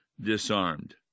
disarmed